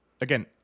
Again